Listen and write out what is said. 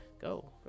go